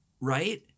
Right